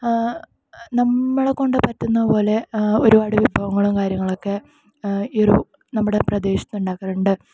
നമ്മളെകൊണ്ട് പറ്റുന്നത് പോലെ ഒരുപാട് വിഭവങ്ങളും കാര്യങ്ങളൊന്നും ഒക്കെ ഈ ഒരു നമ്മുടെ പ്രദേശത്ത് ഉണ്ടാക്കാറുണ്ട്